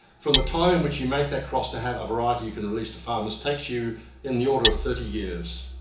from the time in which you make that cross to have a variety you can release to farmers takes you in the order of thirty years.